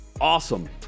awesome